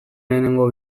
lehenengo